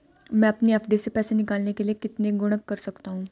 मैं अपनी एफ.डी से पैसे निकालने के लिए कितने गुणक कर सकता हूँ?